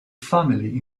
family